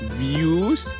views